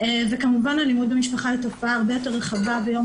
וכמובן אלימות במשפחה היא תופעה הרבה יותר רחבה ויום